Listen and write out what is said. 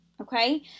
okay